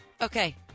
Okay